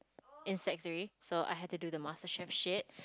in sec three so I had to do the Master Chef shit